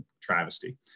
travesty